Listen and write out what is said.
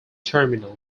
terminal